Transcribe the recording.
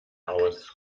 aus